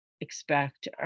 expect